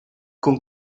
con